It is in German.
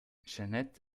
jeanette